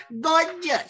Gorgeous